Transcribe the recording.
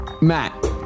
Matt